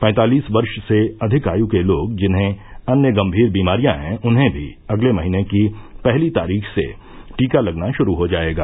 पैंतालिस वर्ष से अधिक आयु के लोग जिन्हें अन्य गंभीर बीमारियां हैं उन्हें भी अगले महीने की पहली तारीख से टीका लगना शुरू हो जायेगा